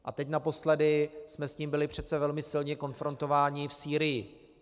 A teď naposledy jsme s tím byli přece velmi silně konfrontováni v Sýrii.